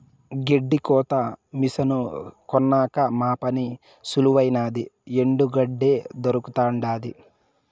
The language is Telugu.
గెడ్డి కోత మిసను కొన్నాక మా పని సులువైనాది ఎండు గెడ్డే దొరకతండాది